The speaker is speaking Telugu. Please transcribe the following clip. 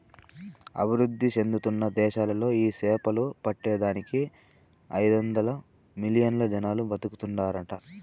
అభివృద్ధి చెందుతున్న దేశాలలో ఈ సేపలు పట్టే దానికి ఐదొందలు మిలియన్లు జనాలు బతుకుతాండారట